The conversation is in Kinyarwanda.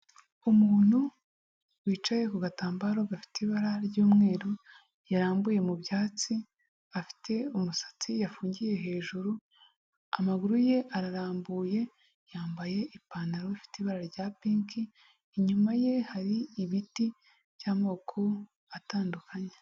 Umuntu wicaye ku gatambaro gafite ibara ry'umweru yarambuye mu byatsi, afite umusatsi yafungiye hejuru, amaguru ye ararambuye, yambaye ipantaro ifite ibara rya Pink, inyuma ye hari ibiti by'amoko atandukanye.